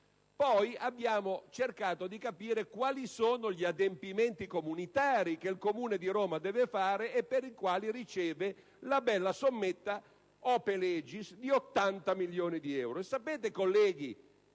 Roma. Abbiamo cercato poi di capire quali sono gli adempimenti comunitari che il Comune di Roma deve fare e per i quali riceve la bella sommetta, *ope legis*, di 80 milioni di euro.